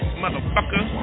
motherfucker